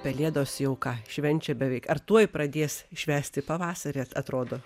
pelėdos jau ką švenčia beveik ar tuoj pradės švęsti pavasarį atrodo